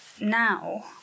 now